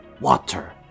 water